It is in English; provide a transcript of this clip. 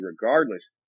regardless